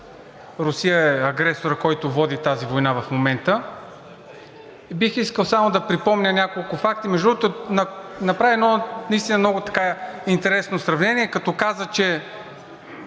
Русия е агресорът, който води тази война в момента. Бих искал само да припомня няколко факта. Между другото, направи едно наистина интересно сравнение, като каза, че